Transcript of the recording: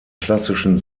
klassischen